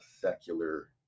secular